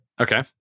Okay